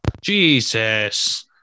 Jesus